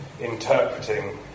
interpreting